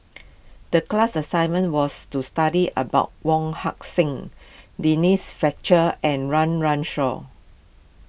the class assignment was to study about Wong Heck Sing Denise Fletcher and Run Run Shaw